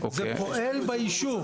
זה פועל ביישוב.